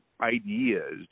ideas